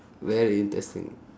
very interesting